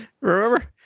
Remember